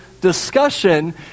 discussion